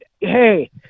hey